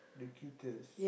the cutest